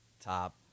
top